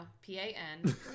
P-A-N